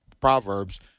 Proverbs